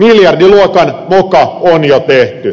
miljardiluokan moka on jo tehty